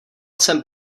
jsem